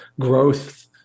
growth